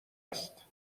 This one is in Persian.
است